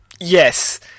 Yes